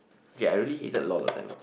okay I really hated lol last time